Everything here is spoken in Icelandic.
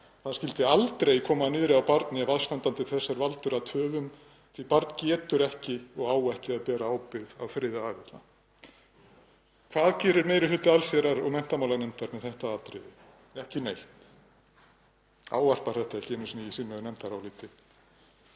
það skyldi aldrei koma niðri á barni ef aðstandandi þess er valdur að töfum því barn getur ekki og á ekki að bera ábyrgð á þriðja aðila.“ Hvað gerir meiri hluti allsherjar- og menntamálanefndar með þetta atriði? Ekki neitt, ávarpar þetta ekki einu sinni í sínu nefndaráliti.